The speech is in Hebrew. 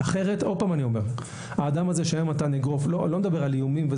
שוב אני אומר שהאדם הזה שהיום נתן אגרוף אני לא מדבר על איומים,